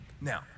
Now